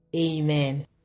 Amen